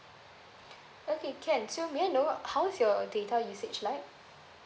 okay can so may I know how's your data usage like